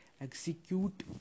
Execute